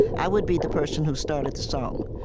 i would be the person who started the song,